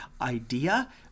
idea